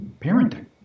parenting